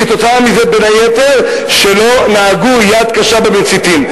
בין היתר כתוצאה מזה שלא נהגו יד קשה במציתים.